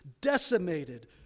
decimated